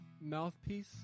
mouthpiece